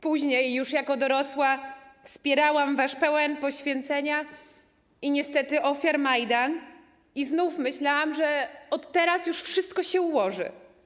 Później, już jako dorosła, wspierałam wasz pełen poświęcenia i niestety ofiar Majdan i znów myślałam, że od teraz już wszystko się ułoży.